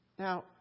Now